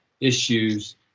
issues